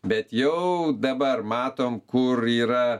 bet jau dabar matom kur yra